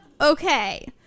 okay